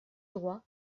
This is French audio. droit